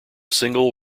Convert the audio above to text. single